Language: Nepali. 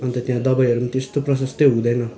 अन्त त्यहाँ दबाईहरू पनि त्यस्तो प्रशस्तै हुँदैन